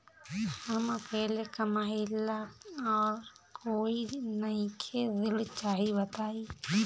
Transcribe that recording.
हम अकेले कमाई ला और कोई नइखे ऋण चाही बताई?